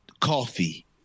coffee